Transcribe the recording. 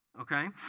okay